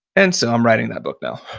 and so, i'm writing that book now.